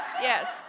Yes